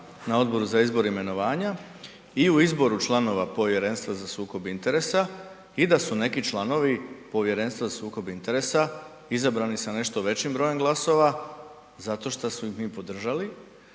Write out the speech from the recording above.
na Odboru za izbor i imenovanja i u izboru članova Povjerenstva za sukob interesa i da su neki članovi Povjerenstva za sukob interesa izabrani sa nešto većim brojem glasova zato što smo ih mi podržali,